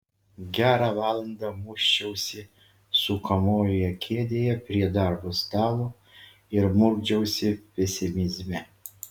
gerą valandą muisčiausi sukamojoje kėdėje prie darbo stalo ir murkdžiausi pesimizme